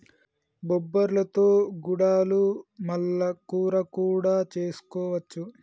బొబ్బర్లతో గుడాలు మల్ల కూర కూడా చేసుకోవచ్చు